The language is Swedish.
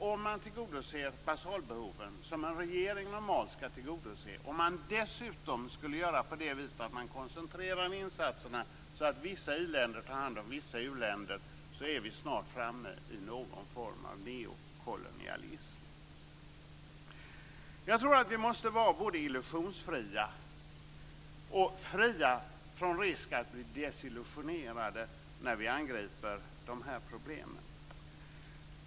Om man tillgodoser basalbehoven, som en regering normalt skall göra, och koncentrerar insatserna så att vissa i-länder tar hand om vissa u-länder är vi snart framme i någon form av neokolonialism. Jag tror att vi måste vara både illusionsfria och fria från risken att bli desillusionerade när vi angriper de här problemen.